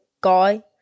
guy